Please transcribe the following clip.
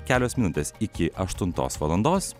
kelios minutės iki aštuntos valandos